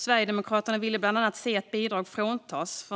Sverigedemokraterna ville bland annat se att bidrag för en